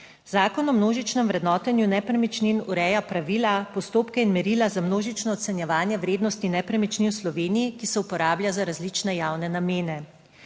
Zakon o množičnem vrednotenju nepremičnin ureja pravila, postopke in merila za množično ocenjevanje vrednosti nepremičnin v Sloveniji, ki se uporablja za različne javne namene.